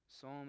Psalm